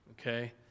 Okay